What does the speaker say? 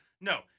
No